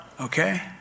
Okay